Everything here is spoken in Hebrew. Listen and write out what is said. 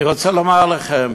אני רוצה לומר לכם,